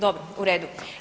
Dobro, u redu.